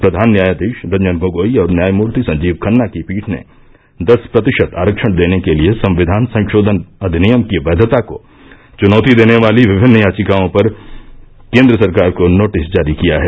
प्रघान न्यायाधीश रंजन गोगोई और न्यायमूर्ति संजीव खन्ना की पीठ ने दस प्रतिशत आरक्षण देने के लिए संविधान संशोधन अधिनियम की वैधता को चुनौती देने वाली विभिन्न याचिकाओं पर केन्द्र सरकार को नोटिस जारी किया है